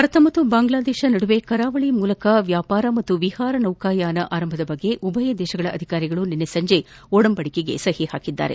ಭಾರತ ಮತ್ತು ಬಾಂಗ್ಲಾದೇಶ ನಡುವೆ ಕರಾವಳಿಯ ಮೂಲಕ ವ್ಯಾಪಾರ ಮತ್ತು ವಿಹಾರ ನೌಕಾಯಾನ ಆರಂಭಿಸುವ ಬಗ್ಗೆ ಉಭಯ ದೇಶಗಳ ಅಧಿಕಾರಿಗಳು ನಿನ್ನೆ ಸಂಜೆ ಒಡಂಬಡಿಕೆಗೆ ಅಂಕಿತ ಹಾಕಿದರು